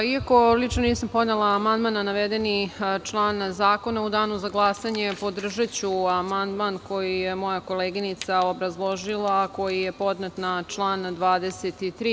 Iako lično nisam podnela amandman na navedeni član zakona, u danu za glasanje podržaću amandman koji je moja koleginica obrazložila, a koji je podnet na član 23.